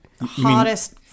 Hottest